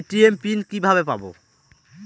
ATM PIN কিভাবে পাবো?